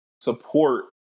support